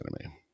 enemy